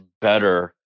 better